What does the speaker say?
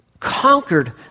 Conquered